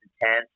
intense